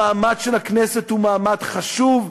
המעמד של הכנסת הוא מעמד חשוב,